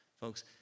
Folks